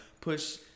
push